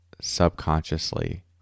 subconsciously